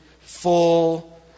full